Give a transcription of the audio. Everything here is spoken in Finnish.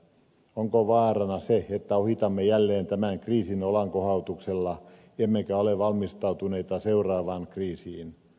onko vaarana se että ohitamme jälleen tämän kriisin olankohautuksella emmekä ole valmistautuneita seuraavaan kriisiin